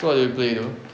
so what do you play though